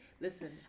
Listen